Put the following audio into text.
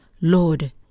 Lord